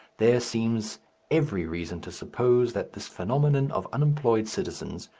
there seems every reason to suppose that this phenomenon of unemployed citizens,